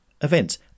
events